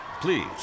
Please